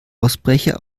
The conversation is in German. ausbrecher